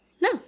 No